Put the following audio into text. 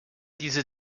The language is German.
diese